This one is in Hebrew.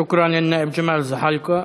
שוכראן, יא נאאב ג'מאל זחאלקה.